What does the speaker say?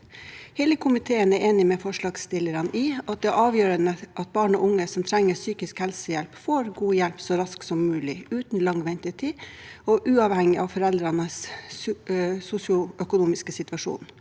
Hele komiteen er enige med forslagsstillerne i at det er avgjørende at barn og unge som trenger psykisk helsehjelp, får god hjelp så raskt som mulig, uten lang ventetid og uavhengig av foreldrenes sosioøkonomiske situasjon.